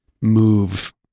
move